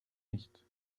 nicht